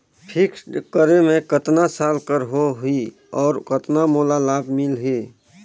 Fixed करे मे कतना साल कर हो ही और कतना मोला लाभ मिल ही?